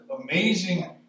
amazing